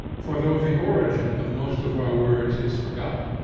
for though the origin of most of our words is forgotten,